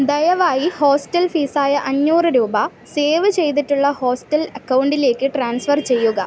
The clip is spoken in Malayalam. ദയവായി ഹോസ്റ്റൽ ഫീസ് ആയ അഞ്ഞൂറ് രൂപ സേവ് ചെയ്തിട്ടുള്ള ഹോസ്റ്റൽ അക്കൗണ്ടിലേക്ക് ട്രാൻസ്ഫർ ചെയ്യുക